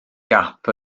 gap